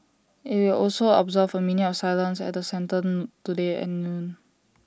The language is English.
IT will also observe A minute of silence at the centre today at noon